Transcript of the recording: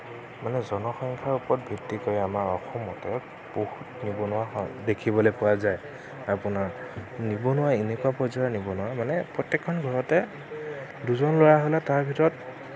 মানে জনসংখ্যাৰ ওপৰত ভিত্তি কৰি আমাৰ অসমতে বহুত নিবনুৱা দেখিবলৈ পোৱা যায় আপোনাৰ নিবনুৱা এনেকুৱা পৰ্যায়ৰ নিবনুৱা মানে প্ৰত্যেকখন ঘৰতে দুজন ল'ৰা হ'লে তাৰে ভিতৰত